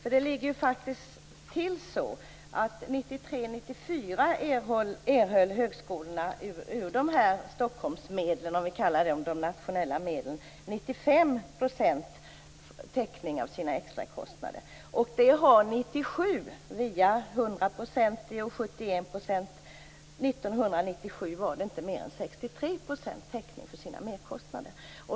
Åren 1993-1994 erhöll högskolorna ur Stockholmsmedlen, de nationella medlen, 95 % täckning av sina extrakostnader. Efter att sedan ha fått 63 % täckning för sina merkostnader.